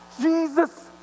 Jesus